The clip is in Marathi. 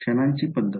क्षणांची पद्धत